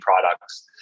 products